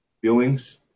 Feelings